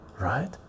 right